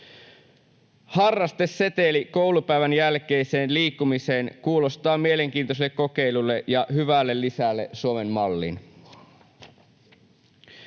Harrasteseteli koulupäivän jälkeiseen liikkumiseen kuulostaa mielenkiintoiselle kokeilulle ja hyvälle lisälle Suomen malliin.